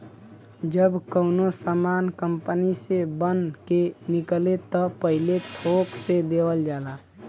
जब कउनो सामान कंपनी से बन के निकले त पहिले थोक से देवल जाला